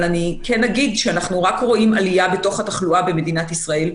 אבל אנחנו רק רואים עלייה בתחלואה במדינת ישראל,